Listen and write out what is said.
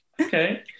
Okay